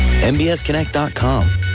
MBSConnect.com